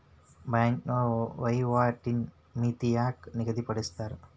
ಬ್ಯಾಂಕ್ನೋರ ವಹಿವಾಟಿನ್ ಮಿತಿನ ಯಾಕ್ ನಿಗದಿಪಡಿಸ್ತಾರ